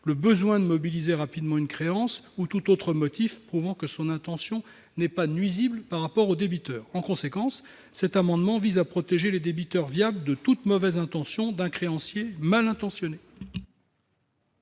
le besoin de mobiliser rapidement une créance, ou tout autre motif prouvant que son intention n'est pas nuisible par rapport au débiteur. En conséquence, cet amendement vise à protéger les débiteurs viables de toute mauvaise intention d'un créancier mal intentionné.